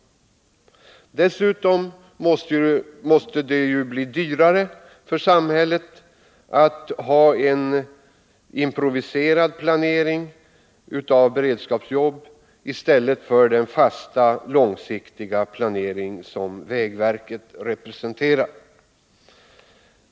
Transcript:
Dessutom måste det bli dyrare för samhället att ha en improviserad planering av beredskapsjobb i stället för den fasta, långsiktiga planering som vägverket representerar.